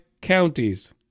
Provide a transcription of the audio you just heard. counties